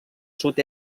sud